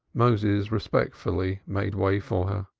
moses respectfully made way for her.